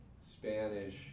Spanish